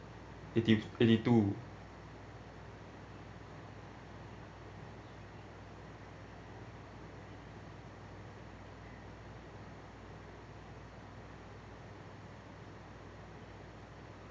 eighty eighty two